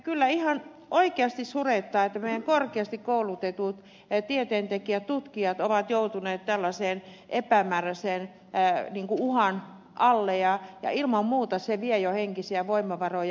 kyllä ihan oikeasti surettaa että meidän korkeasti koulutetut tieteentekijämme tutkijamme ovat joutuneet tällaisen epämääräisen uhan alle ja ilman muuta se vie jo henkisiä voimavaroja